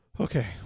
Okay